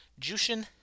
Jushin